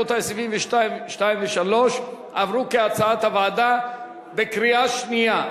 סעיפים 2 ו-3 עברו כהצעת הוועדה בקריאה שנייה.